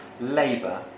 labour